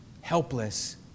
helpless